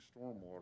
stormwater